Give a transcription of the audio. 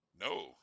No